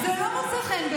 מה זה קשור?